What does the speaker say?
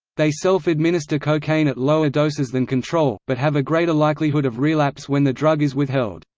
they self-administer cocaine at lower doses than control, but have a greater likelihood of relapse when the drug is withheld.